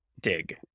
dig